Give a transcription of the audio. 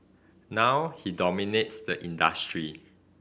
now he dominates the industry